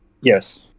Yes